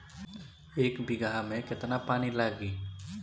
एक बिगहा में केतना पानी लागी?